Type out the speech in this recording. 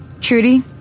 Trudy